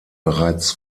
bereits